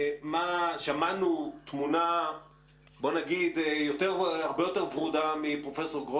שמענו תמונה הרבה יותר ורודה מפרופ' גרוטו.